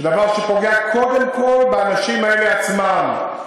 דבר שפוגע קודם כול באנשים האלה עצמם,